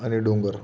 आणि डोंगर